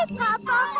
ah papa!